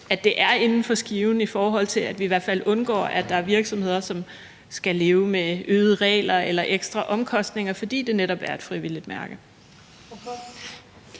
at det er inden for skiven, i forhold til at vi i hvert fald undgår, at der er virksomheder, som skal leve med øgede regler eller ekstra omkostninger, fordi det netop er et frivilligt mærke?